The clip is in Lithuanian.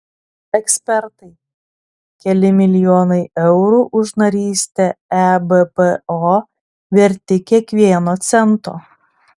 ekspertai keli milijonai eurų už narystę ebpo verti kiekvieno cento